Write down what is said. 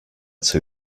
too